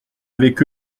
avec